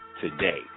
today